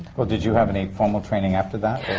well, did you have any formal training after that?